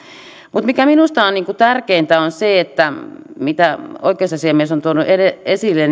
mutta se mikä minusta on tärkeintä on se mitä oikeusasiamies on tuonut esille